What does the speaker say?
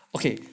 okay